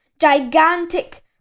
gigantic